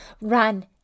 run